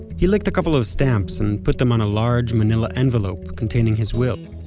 he licked a couple of stamps and put them on a large manila envelope containing his will.